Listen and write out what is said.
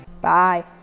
Bye